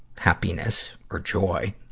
happiness or joy,